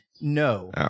No